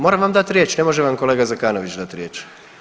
Moram vam dat riječ, ne može vam kolega Zekanović dat riječ.